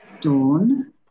Dawn